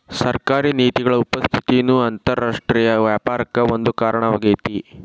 ಸರ್ಕಾರಿ ನೇತಿಗಳ ಉಪಸ್ಥಿತಿನೂ ಅಂತರರಾಷ್ಟ್ರೇಯ ವ್ಯಾಪಾರಕ್ಕ ಒಂದ ಕಾರಣವಾಗೇತಿ